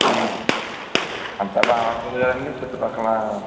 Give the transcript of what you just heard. అంతా బాగుంటుంది కదండి చుట్టుపక్కల